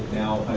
now